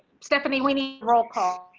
stephanie winning roll call.